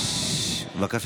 אני מבקש.